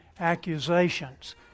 accusations